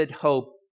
hope